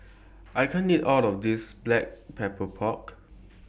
I can't eat All of This Black Pepper Pork